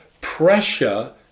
pressure